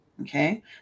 okay